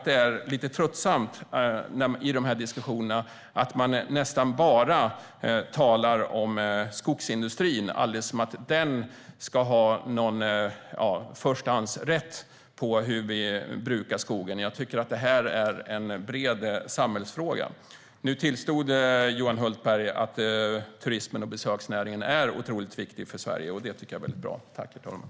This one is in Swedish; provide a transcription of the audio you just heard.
Det är lite tröttsamt i de här diskussionerna att man nästan bara talar om skogsindustrin som att den skulle ha någon sorts förstahandsrätt när det gäller hur vi brukar skogen. Jag tycker att det är en bred samhällsfråga. Nu tillstod Johan Hultberg att turist och besöksnäringen är otroligt viktig för Sverige, och det tycker jag är väldigt bra.